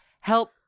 help